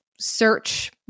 search